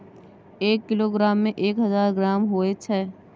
एक किलोग्राम में एक हजार ग्राम होय छै